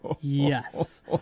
Yes